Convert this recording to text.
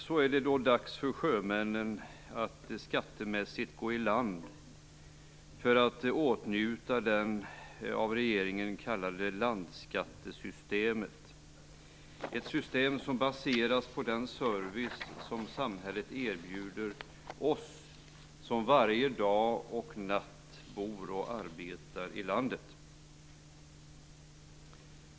Så är det då dags för sjömännen att skattemässigt gå i land för att åtnjuta det av regeringen kallade landskattesystemet, ett system som baseras på den service som samhället erbjuder oss som varje dag och natt bor och arbetar i landet.